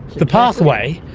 the pathway,